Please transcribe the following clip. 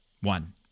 One